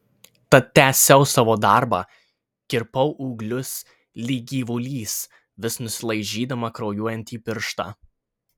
tad tęsiau savo darbą kirpau ūglius lyg gyvulys vis nusilaižydama kraujuojantį pirštą